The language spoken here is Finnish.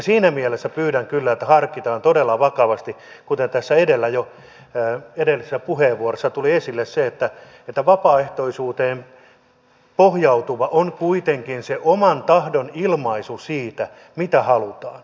siinä mielessä pyydän kyllä että harkitaan todella vakavasti kuten tässä jo edellisessä puheenvuorossa tuli esille että vapaaehtoisuuteen pohjautuva on kuitenkin se oman tahdon ilmaisu siitä mitä halutaan